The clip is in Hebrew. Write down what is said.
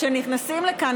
כשנכנסים לכאן,